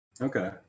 Okay